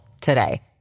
today